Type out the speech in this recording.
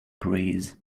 breeze